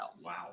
Wow